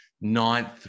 ninth